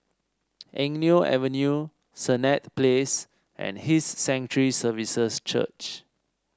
Eng Neo Avenue Senett Place and His Sanctuary Services Church